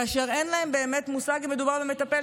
כאשר אין להם באמת מושג אם מדובר על מטפל